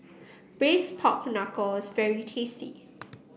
Braised Pork Knuckle is very tasty